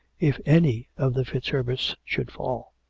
if any of the fitzherberts should fall!